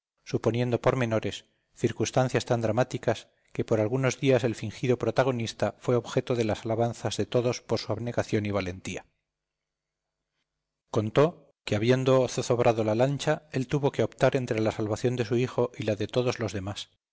suponiendo pormenores circunstancias tan dramáticas que por algunos días el fingido protagonista fue objeto de las alabanzas de todos por su abnegación y valentía contó que habiendo zozobrado la lancha él tuvo que optar entre la salvación de su hijo y la de todos los demás